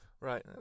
Right